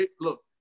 look